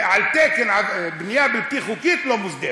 על תקן בנייה בלתי חוקית לא מוסדרת.